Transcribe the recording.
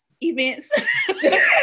events